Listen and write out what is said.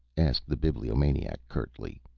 asked the bibliomaniac, curtly.